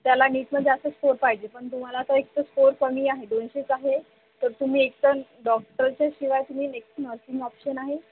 त्याला नीटमध्ये जास्त स्कोर पाहिजे पण तुम्हाला आता एक तर स्कोर कमी आहे दोनशेच आहे तर तुम्ही एक तर डॉक्टरशीप किंवा एक नर्सिंग ऑप्शन आहे